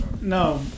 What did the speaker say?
No